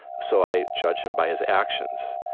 so i judge him by his actions.